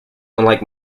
unlike